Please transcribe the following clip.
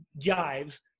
jive